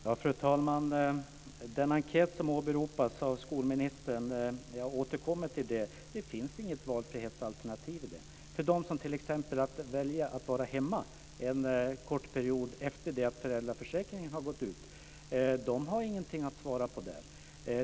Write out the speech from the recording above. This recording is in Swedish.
Fru talman! Jag återkommer till den enkät som åberopas av skolministern. Det finns inget valfrihetsalternativ i den. De som t.ex. vill välja att vara hemma en kort period efter det att föräldraförsäkringen har gått ut har inte kunnat svara detta.